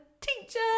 teacher